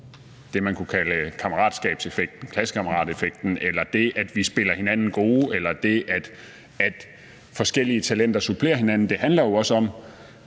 det, man kan kalde klassekammerateffekten, eller det, at vi spiller godt med hinanden, eller det, at forskellige talenter supplerer hinanden. Det handler også om,